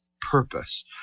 purpose